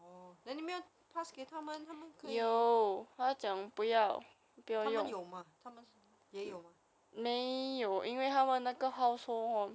oh then 你没有 pass 给他们他们可以他们有吗也也有